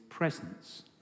presence